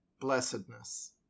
blessedness